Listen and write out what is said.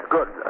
Good